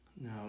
Now